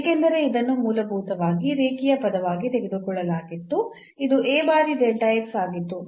ಏಕೆಂದರೆ ಇದನ್ನು ಮೂಲಭೂತವಾಗಿ ರೇಖೀಯ ಪದವಾಗಿ ತೆಗೆದುಕೊಳ್ಳಲಾಗಿತ್ತು ಇದು A ಬಾರಿ ಆಗಿತ್ತು